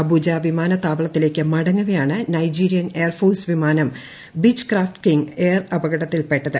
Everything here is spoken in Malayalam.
അബൂജ വിമാനത്താവളത്തിലേക്ക് മടങ്ങവെയാണ് നൈജീരിയൻ എയർഫോഴ്സ് വിമാനം ബീച്ച് ക്രാഫ്റ്റ് കിംഗ് എയർ അപകടത്തിൽപ്പെട്ടത്